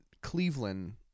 cleveland